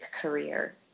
career